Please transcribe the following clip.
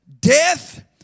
death